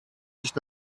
nicht